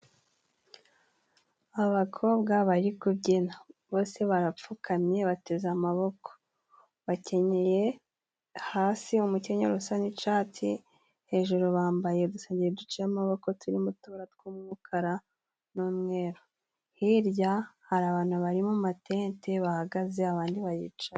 Abakobwa bari kubyina bose barapfukamye bateze amaboko, bakenyeye hasi umukenyaro usa n'icatsi, hejuru bambaye udusegeri duciye amaboko turimo utubara tw'umukara n'umweru. Hirya hari abantu bari mu matente bahagaze abandi baricaye.